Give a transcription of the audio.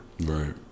Right